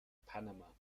panama